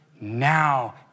now